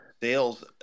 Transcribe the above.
Sales